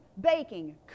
baking